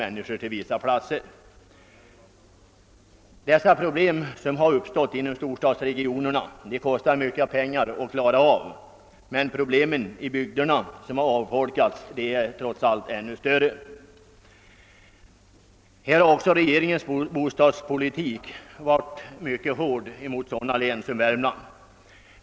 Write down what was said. Det är förenat med stora kostnader att lösa de problem som har uppstått inom de växande storstadsregionerna, men problemen i de avfolkade bygderna är trots allt större. Regeringen har också fört en mycket hård bostadspolitik mot sådana län som Värmland.